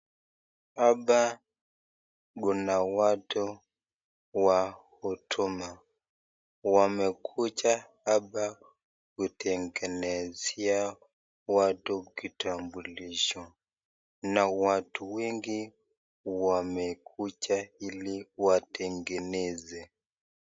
Hapa kuna watu wa Huduma. Wamekuja hapa kutengenezea watu kitambulisho na watu wengi wamekuja ili watengeneze.